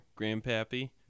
Grandpappy